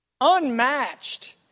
unmatched